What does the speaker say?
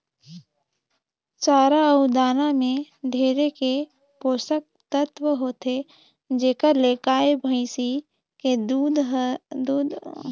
चारा अउ दाना में ढेरे के पोसक तत्व होथे जेखर ले गाय, भइसी के दूद देहे कर छमता हर बायड़ जाथे